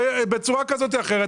בצורה כזו או אחרת.